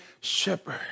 shepherd